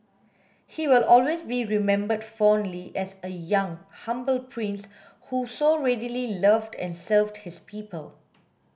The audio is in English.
he will always be remembered fondly as a young humble prince who so readily loved and served his people